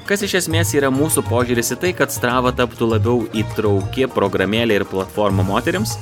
kas iš esmės yra mūsų požiūris į tai kad strava taptų labiau įtrauki programėlė ir platforma moterims